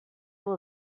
will